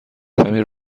کمی